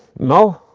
now,